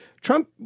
Trump